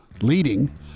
leading